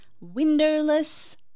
windowless